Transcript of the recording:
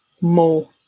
more